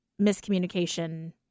miscommunication